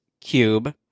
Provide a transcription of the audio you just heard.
cube